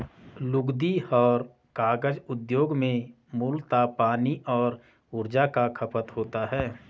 लुगदी और कागज उद्योग में मूलतः पानी और ऊर्जा का खपत होता है